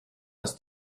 ist